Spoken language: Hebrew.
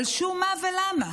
על שום מה ולמה?